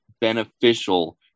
beneficial